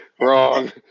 wrong